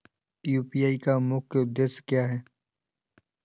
UPI का मुख्य उद्देश्य क्या है?